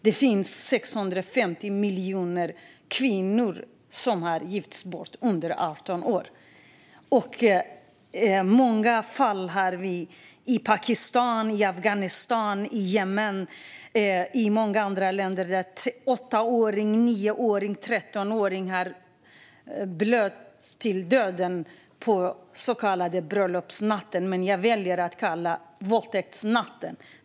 Det finns 650 miljoner kvinnor under 18 år som har gifts bort. I Pakistan, Afghanistan, Jemen och många andra länder finns många fall där 8-, 9 och 13-åringar har förblött och dött under den så kallade bröllopsnatten, men jag väljer att kalla det våldtäktsnatten.